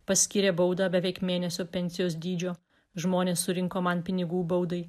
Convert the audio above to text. paskyrė baudą beveik mėnesio pensijos dydžio žmonės surinko man pinigų baudai